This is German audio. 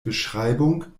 beschreibung